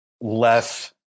less